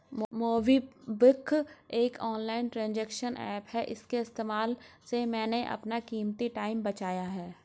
MobiKwik एक online transaction app है इसके इस्तेमाल से मैंने अपना कीमती टाइम बचाया है